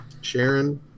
Sharon